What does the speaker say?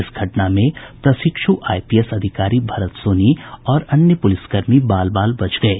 इस घटना में प्रशिक्षू आईपीएस अधिकारी भरत सोनी और अन्य पुलिस कर्मी बाल बाल बच गये